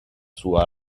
suo